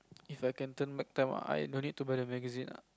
If I can turn back time ah I don't need to buy the magazine ah